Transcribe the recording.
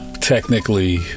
technically